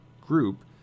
group